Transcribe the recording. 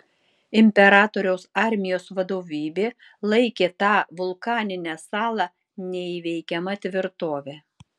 imperatoriaus armijos vadovybė laikė tą vulkaninę salą neįveikiama tvirtove